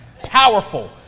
Powerful